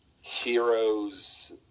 heroes